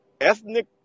ethnic